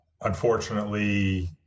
Unfortunately